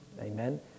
amen